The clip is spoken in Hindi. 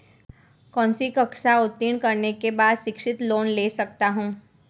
कौनसी कक्षा उत्तीर्ण करने के बाद शिक्षित लोंन ले सकता हूं?